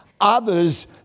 others